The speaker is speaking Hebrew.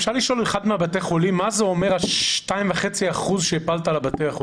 אפשר לשאול אחד מבתי החולים מה זה אומר 2.5% שהפלת עליהם?